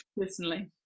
personally